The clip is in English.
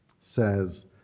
says